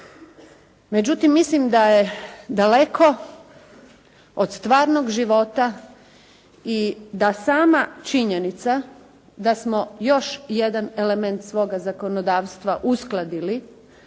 Međutim, mislim da je daleko od stvarnog života i da sama činjenica da smo još jedan element svoga zakonodavstva uskladili